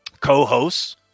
co-hosts